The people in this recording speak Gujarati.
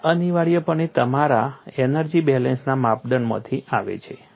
આ અનિવાર્યપણે તમારા એનર્જી બેલેન્સના માપદંડમાંથી આવે છે